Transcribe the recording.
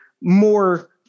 more